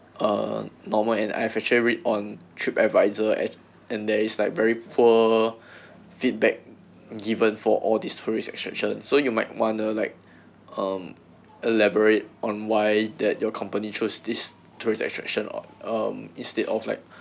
um normal and I've actually read on trip advisor an~ and there is like very poor feedback given for all these tourist attraction so you might wonder like um elaborate on why that your company choose this tourist attraction um um instead of like